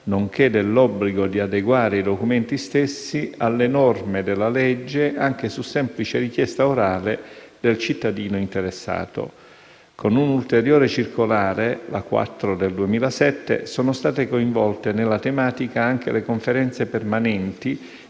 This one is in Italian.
nonché dell'obbligo di adeguare i documenti stessi alle norme della legge anche su semplice richiesta orale del cittadino interessato. Con un'ulteriore circolare, la n. 4 del 2007, sono state coinvolte nella tematica anche le Conferenze permanenti